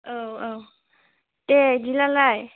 औ औ दे बिदिब्लालाय